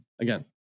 again